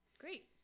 Great